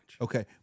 Okay